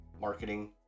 marketing